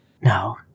No